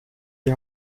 die